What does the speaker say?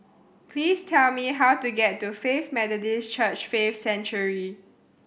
please tell me how to get to Faith Methodist Church Faith Sanctuary